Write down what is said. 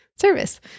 service